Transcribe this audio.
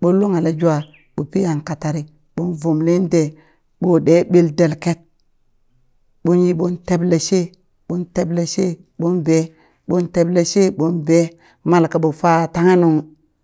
ɓon lunghale jwa ɓo pi yang katari ɓon vumli dee ɓom ɗe ɓel delket ɓonyi ɓon teble she ɓon teɓle she ɓon bee ɓon teble she ɓon bee mal kaɓo fa tanghe nung